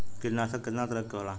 कीटनाशक केतना तरह के होला?